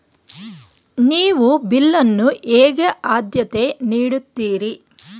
ನೀವು ಬಿಲ್ ಅನ್ನು ಹೇಗೆ ಆದ್ಯತೆ ನೀಡುತ್ತೀರಿ?